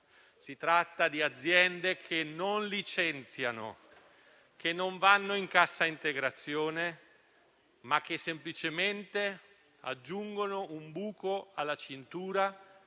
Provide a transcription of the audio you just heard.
Si tratta di aziende che non licenziano, che non vanno in cassa integrazione, ma che semplicemente aggiungono un buco alla cintura